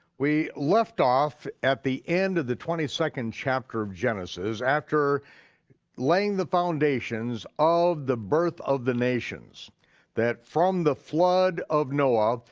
we left off at the end of the twenty second chapter of genesis after laying the foundations of the birth of the nations that from the flood of noah,